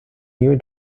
new